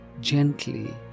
gently